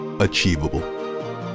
achievable